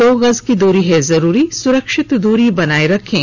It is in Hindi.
दो गज की दूरी है जरूरी सुरक्षित दूरी बनाए रखें